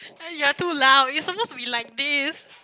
eh you're too loud you're supposed to be like this